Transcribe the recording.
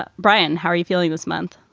ah brian, how are you feeling this month?